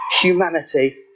humanity